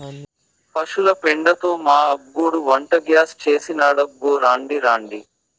పశుల పెండతో మా అబ్బోడు వంటగ్యాస్ చేసినాడబ్బో రాండి రాండి